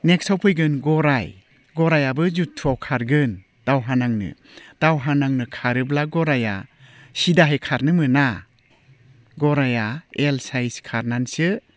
नेक्स्टआव फैगोन गराइ गराइआबो जुद्धआव खारगोन दावहा नांनो दावहा नांनो खारोब्ला गराइया सिदाहै खारनो मोना गराइया एल साइस खारनानैसो